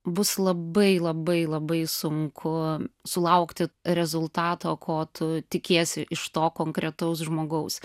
bus labai labai labai sunku sulaukti rezultato ko tu tikiesi iš to konkretaus žmogaus